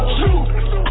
Shoot